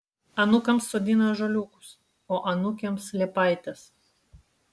anūkams sodina ąžuoliukus o anūkėms liepaites